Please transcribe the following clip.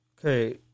Okay